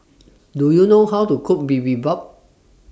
Do YOU know How to Cook Bibimbap